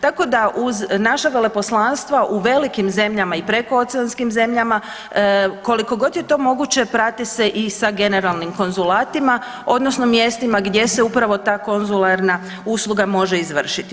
Tako da uz naša veleposlanstva u velikim zemljama i prekooceanskim zemljama koliko god je to moguće prate se i sa generalnim konzulatima odnosno sa mjestima gdje se upravo ta konzularna može izvršiti.